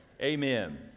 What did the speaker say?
Amen